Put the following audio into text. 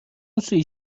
سویت